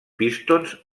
pistons